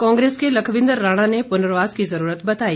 कांग्रेस के लखविंदर राणा ने पुर्नवास की जरूरत बताई